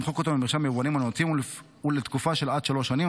ולמחוק אותו ממרשם היבואנים הנאותים לתקופה של עד שלוש שנים,